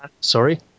Sorry